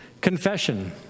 confession